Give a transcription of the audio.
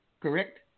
correct